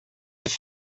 have